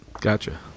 Gotcha